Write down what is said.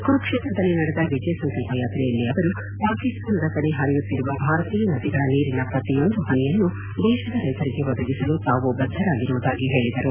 ಕುರುಕ್ಷೇತ್ರದಲ್ಲಿ ನಡೆದ ವಿಜಯ ಸಂಕಲ್ಲ ಯಾತ್ರೆಯಲ್ಲಿ ಅವರು ಪಾಕಿಸ್ತಾನದ ಕಡೆ ಹರಿಯುತ್ತಿರುವ ಭಾರತೀಯ ನದಿಗಳ ನೀರಿನ ಪ್ರತಿಯೊಂದು ಹನಿಯನ್ನು ದೇತದ ರೈತರಿಗೆ ಒದಗಿಸಲು ತಾವು ಬದ್ದರಾಗಿರುವುದಾಗಿ ಹೇಳಿದರು